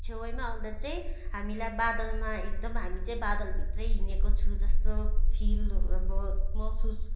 छेउमा आउँदा चाहिँ हामीलाई बादलमा एकदम हामी चाहिँ बादलभित्र हिँडेको छु जस्तो फिल अब महसुस